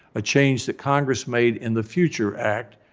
a change that congress made in the future act,